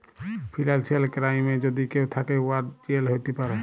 financial কেরাইমে যদি কেউ থ্যাকে, উয়ার জেল হ্যতে পারে